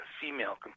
female